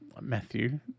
Matthew